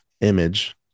image